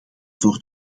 voor